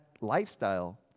lifestyle